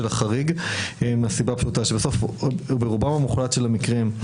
החריג מהסיבה הפשוטה שברובם המוחלט של המקרים,